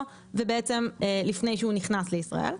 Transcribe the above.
בעצם לפני שהוא נכנס לישראל.